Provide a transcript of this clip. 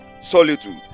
solitude